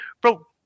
bro